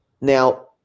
Now